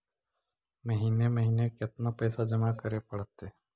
महिने महिने केतना पैसा जमा करे पड़तै?